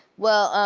well,